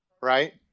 Right